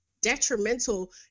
detrimental